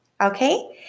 okay